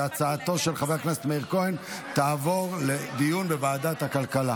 להצעה לסדר-היום ולהעביר את הנושא לוועדת הכלכלה